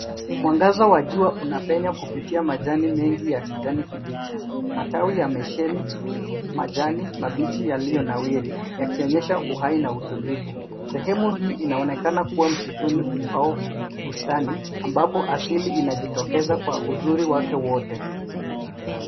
Mwangaza wa jua unapenya kupitia majani mengi ya kijani kibichi. Matawi yamesheheni majani mabichi yaliyonawiri, yakionyesha uhai na utulivu . Sehemu hii inaonekana kuwa msituni au bustani ambapo asili inajitokeza kwa uzuri wake wote.